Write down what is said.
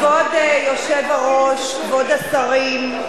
כבוד היושב-ראש, כבוד השרים,